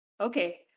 Okay